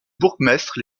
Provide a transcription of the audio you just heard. bourgmestre